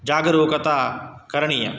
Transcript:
जागरूकता करणीया